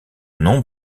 non